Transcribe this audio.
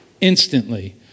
Instantly